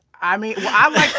i mean, well, i'm like.